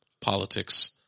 politics